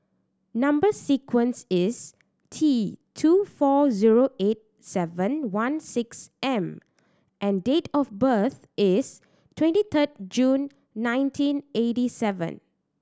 number sequence is T two four zero eight seven one six M and date of birth is twenty third June nineteen eighty seven